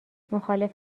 مخالف